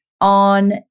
on